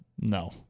No